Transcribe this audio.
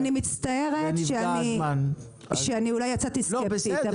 אני מצטערת שאני אולי יצאתי סקפטית,